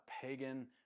pagan